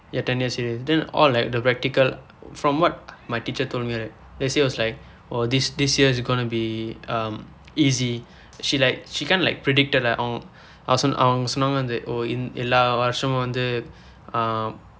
ya ten year series then all like the practical from what my teacher told me right then she was like !wah! this this year's gonna be um easy she like kind of like predicted lah um அவங்க அவங்க சொன்னாங்க வந்து:avangka avangka sonnangka vandthu oh இந்த எல்லா வருடமும் வந்து:indtha ellaa varidamum vandthu um